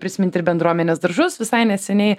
prisimint ir bendruomenės daržus visai neseniai